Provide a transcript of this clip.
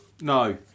No